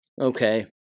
Okay